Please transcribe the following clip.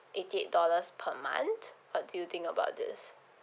eighty eight dollars per month what do you think about this